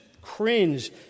Cringe